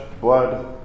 blood